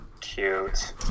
Cute